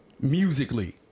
musically